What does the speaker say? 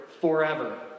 forever